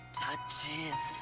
touches